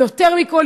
ויותר מכול,